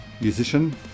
Musician